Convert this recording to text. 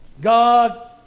God